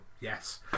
Yes